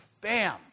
bam